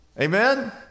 amen